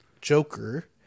Joker